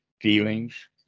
feelings